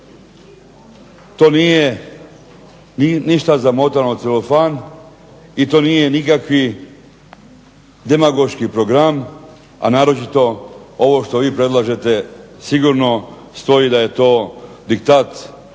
To nije ništa zamotano u celofan i to nije nikakvi demagoški program, a naročito ovo što vi predlažete sigurno stoji da je to diktat partije